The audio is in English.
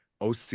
OC